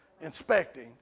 inspecting